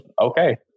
okay